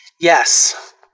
Yes